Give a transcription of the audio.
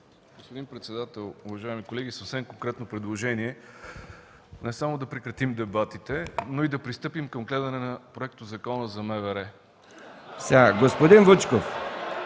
Господин председател, уважаеми колеги! Съвсем конкретно предложение – не само да прекратим дебатите, но и да пристъпим към гледане на Проектозакона за МВР...